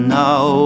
now